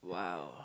!wow!